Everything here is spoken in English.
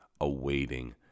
awaiting